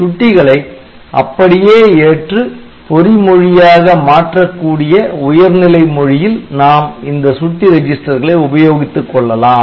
சுட்டிகளை அப்படியே ஏற்று பொறி மொழியாக மாற்றக்கூடிய உயர்நிலை மொழியில் நாம் இந்த சுட்டி ரெஜிஸ்டர்களை உபயோகித்துக்கொள்ளலாம்